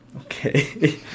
Okay